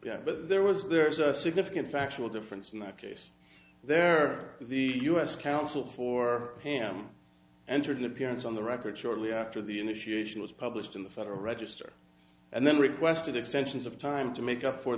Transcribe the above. but there was there is a significant factual difference in that case there are the us counsel for him entered an appearance on the record shortly after the initiation was published in the federal register and then requested extensions of time to make up for